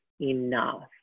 enough